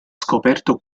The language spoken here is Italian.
scoperto